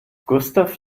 gustav